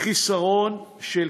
חסרון כיס.